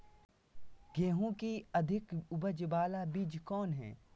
गेंहू की अधिक उपज बाला बीज कौन हैं?